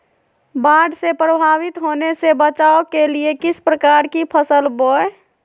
बाढ़ से प्रभावित होने से बचाव के लिए किस प्रकार की फसल बोए?